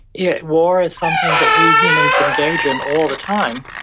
yeah war is something that we humans engage in all the time,